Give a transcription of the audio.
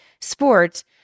sports